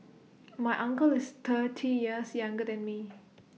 my uncle is thirty years younger than me